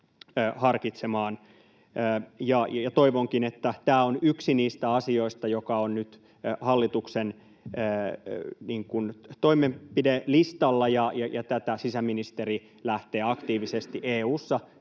Toivonkin, että tämä on yksi niistä asioista, jotka ovat nyt hallituksen toimenpidelistalla, ja tätä sisäministeri lähtee aktiivisesti EU:ssa edistämään,